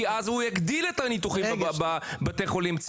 כי אז הוא יגדיל את הניתוחים בבתי החולים הציבוריים.